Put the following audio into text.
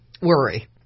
worry